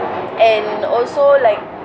and also like